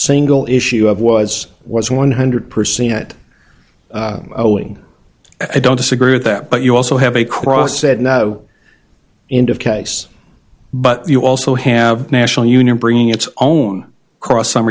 single issue of was was one hundred percent i don't disagree with that but you also have a cross said no indications but you also have national union bringing its own cross s